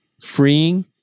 freeing